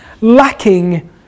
lacking